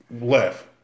left